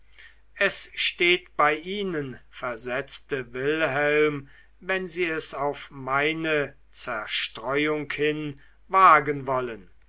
es steht bei ihnen versetzte wilhelm wenn sie es auf meine zerstreuung hin wagen wollen